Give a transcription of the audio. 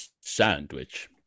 Sandwich